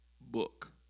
book